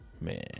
Man